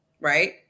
right